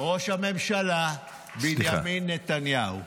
הדובר: ראש הממשלה בנימין נתניהו.